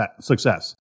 success